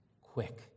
quick